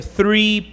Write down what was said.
three